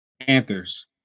Panthers